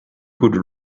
could